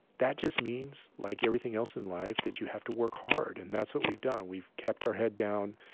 that just means, like everything else in life, that you have to work hard. and that's what we've done. we've kept our head down.